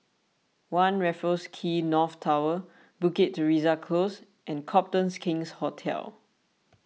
one Raffles Quay North Tower Bukit Teresa Close and Copthorne King's Hotel